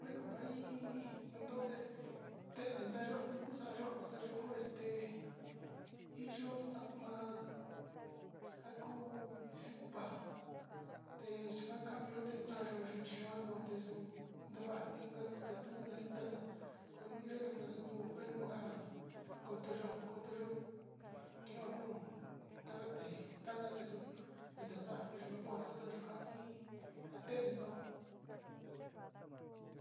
Bueno nja iin nandute tened nayó nukuxa'a xayuku este hiyo xa'ama njakuu yúu'a teyukamio tenayo nuu yuchiyo yute ndu nduva'a inka xuketunai inkana'a kono yanaxu kuenunja kotoyo kotoyo keono ndakate tadna nexuu inkaxa'a yikuan hoa xoyonjan iin tednen ndo'ó.